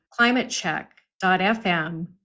climatecheck.fm